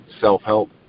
self-help